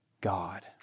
God